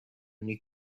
new